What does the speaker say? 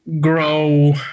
grow